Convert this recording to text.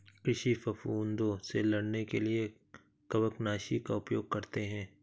कृषि फफूदों से लड़ने के लिए कवकनाशी का उपयोग करते हैं